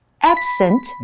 absent